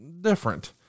different